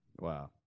Wow